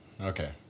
Okay